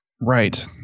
Right